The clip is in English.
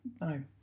No